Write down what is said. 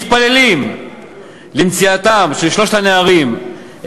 מתפללים למציאת שלושת הנערים,